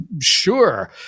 Sure